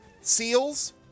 seals